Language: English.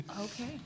Okay